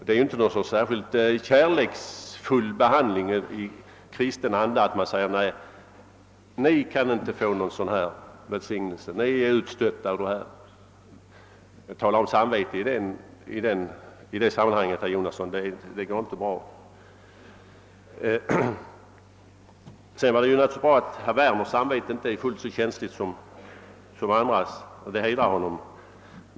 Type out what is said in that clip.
Det är inte en särskilt kärleksfull behandling i kristen anda när man säger: »Ni kan inte få någon välsignelse. Ni är utstötta.» Att tala om samvete i det sammanhanget går inte bra, herr Jonasson. Det hedrar herr Werner att hans samvete i detta avseende inte är fullt så känsligt som andras.